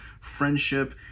friendship